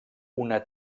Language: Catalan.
una